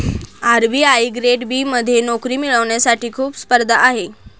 RBI grade B मध्ये नोकरी मिळवण्यासाठी खूप स्पर्धा आहे